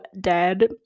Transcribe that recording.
dead